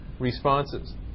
Responses